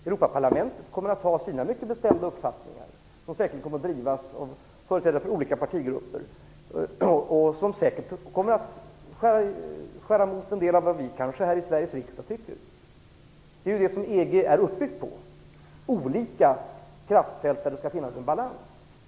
Europaparlamentet kommer att ha sina mycket bestämda uppfattningar, som säkert kommer att drivas av företrädare för olika partigrupper och som säkert kommer att skära mot en del av vad vi här i Sveriges riksdag tycker. Det är ju det som EU är uppbyggt på, olika kraftfält där det skall finnas en balans.